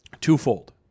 twofold